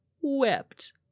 wept